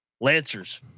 Lancers